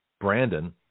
Brandon